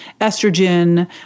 estrogen